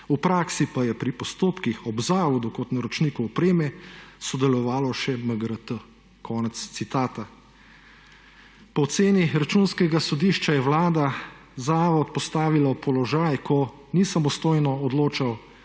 v praksi pa je pri postopkih ob zavodu kot naročniku opreme sodelovalo še MGRT.« Konec citata. Po oceni Računskega sodišča, je Vlada zavod postavila v položaj, ko ni samostojno odločal